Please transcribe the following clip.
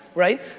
right?